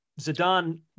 Zidane